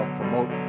promote